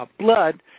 ah blood,